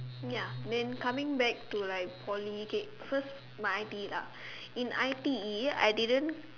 ya then coming back to like Poly okay first my I_T_E lah in I_T_E I didn't